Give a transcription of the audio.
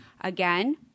again